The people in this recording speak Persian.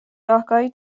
راهکاریی